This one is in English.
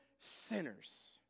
sinners